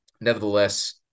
nevertheless